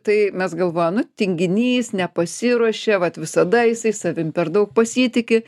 tai mes galvojam nu tinginys nepasiruošė vat visada jisai savim per daug pasitiki